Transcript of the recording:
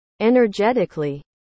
Energetically